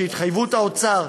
שהתחייבות האוצר,